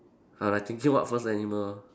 I like thinking what first animal